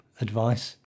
advice